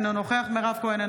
אינו נוכח מירב כהן,